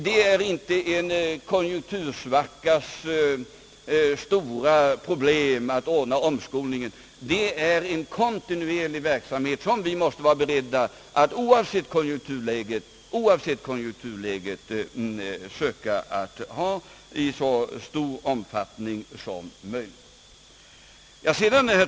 Det är inte en konjunktursvackas stora problem att vi måste ordna omskolningen, utan det är en kontinuerlig verksamhet som vi måste vara beredda, oavsett konjunkturläget, att söka ombesörja i så stor omfattning som möjligt.